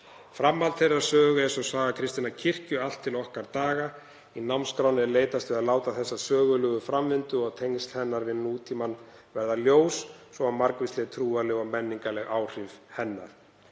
Framhald þeirrar sögu er svo saga kristinnar kirkju allt til okkar daga. Í námskránni er leitast við að láta þessa sögulegu framvindu og tengsl hennar við nútímann verða ljós, svo og margvísleg trúarleg og menningarleg áhrif hennar.